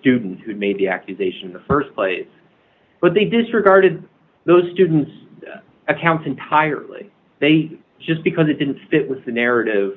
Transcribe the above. students who made the accusation the st place but they disregarded those students accounts entirely they just because it didn't fit with the narrative